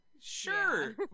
Sure